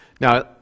Now